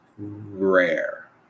rare